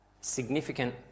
significant